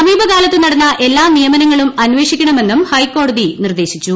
സമീപകാലത്ത് നടന്ന എല്ലാ നിയമനങ്ങളും അന്വേഷിക്കണമെന്നും ഹൈക്കോടതി നിർദ്ദേശിച്ചു